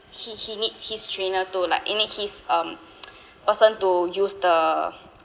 he he needs his trainer to like he needs his um person to use the